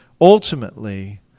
ultimately